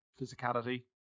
physicality